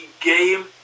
game